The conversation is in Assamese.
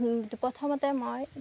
হু প্ৰথমতে মই